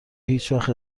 هیچوقت